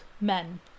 men